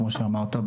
כמו שאמרת,